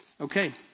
okay